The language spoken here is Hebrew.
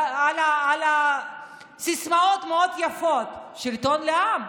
עם סיסמאות מאוד יפות: שלטון לעם.